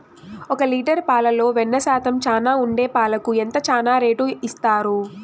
ఒక లీటర్ పాలలో వెన్న శాతం చానా ఉండే పాలకు ఎంత చానా రేటు ఇస్తారు?